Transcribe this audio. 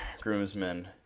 groomsmen